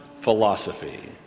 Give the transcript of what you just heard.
philosophy